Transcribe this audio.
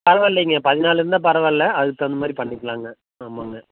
பரவாயில்லைங்க பதினாலு இருந்தால் பரவாயில்ல அதுக்கு தகுந்த மாதிரி பண்ணிக்கலாங்க ஆமாங்க